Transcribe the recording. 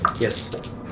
Yes